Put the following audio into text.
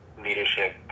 leadership